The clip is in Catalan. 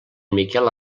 miquel